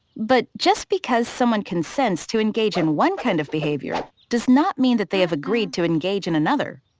but, just because someone consents to engage in one kind of behavior does not mean that they have agreed to engage in another.